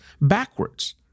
backwards